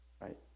right